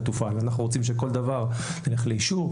תופעל אלא אנחנו רוצים שבכל דבר נלך לאישור,